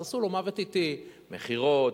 אז עשו לו מוות אטי: מכירות,